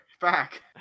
back